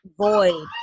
void